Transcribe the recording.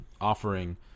offering